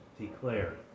declared